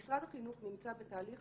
משרד החינוך נמצא בתהליך